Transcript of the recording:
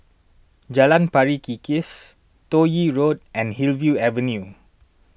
Jalan Pari Kikis Toh Yi Road and Hillview Avenue